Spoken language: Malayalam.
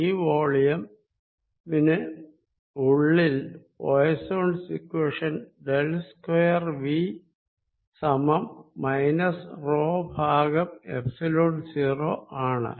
ഈ വോളിയം ന് ഉള്ളിൽ Poisson's equation del square V സമം മൈനസ് റോ ബൈ എപ്സിലോൺ 0 ആണ്